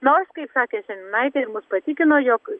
nors kaip sakė seniūnaitė mus patikino jog